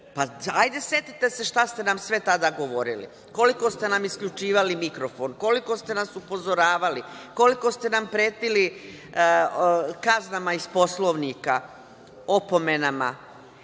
Pa, ajde, setite se šta ste nam sve tada govorili. Koliko ste nam isključivali mikrofone, koliko ste na upozoravali, koliko ste nam pretili kaznama iz Poslovnika, opomenama.